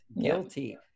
guilty